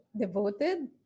devoted